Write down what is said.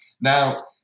Now